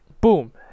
boom